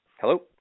Hello